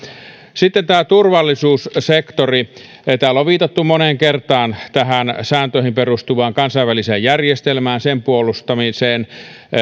sitten turvallisuussektori täällä on viitattu moneen kertaan sääntöihin perustuvaan kansainväliseen järjestelmään ja sen puolustamiseen